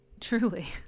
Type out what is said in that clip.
Truly